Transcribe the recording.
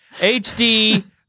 HD